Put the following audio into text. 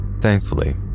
Thankfully